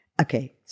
okay